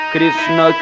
Krishna